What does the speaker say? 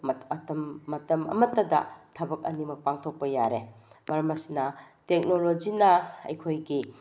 ꯃꯇꯝ ꯑꯃꯠꯇꯗ ꯊꯕꯛ ꯑꯅꯤꯃꯛ ꯄꯥꯡꯊꯣꯛꯄ ꯌꯥꯔꯦ ꯃꯔꯝ ꯑꯁꯤꯅ ꯇꯦꯛꯅꯣꯂꯣꯖꯤꯅ ꯑꯩꯈꯣꯏꯒꯤ